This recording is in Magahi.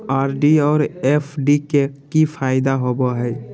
आर.डी और एफ.डी के की फायदा होबो हइ?